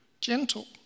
gentle